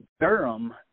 Durham